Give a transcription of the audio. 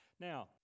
now